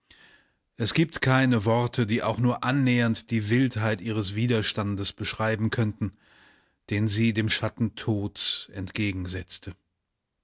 es gibt keine worte die auch nur annähernd die wildheit ihres widerstandes beschreiben könnten den sie dem schatten tod entgegensetzte